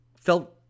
felt